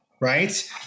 right